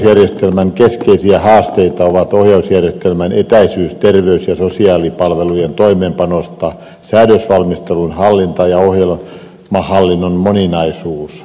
hallinnonalan ohjausjärjestelmän keskeisiä haasteita ovat ohjausjärjestelmän etäisyys terveys ja sosiaalipalvelujen toimeenpanosta säädösvalmistelun hallinta ja ohjelmahallinnon moninaisuus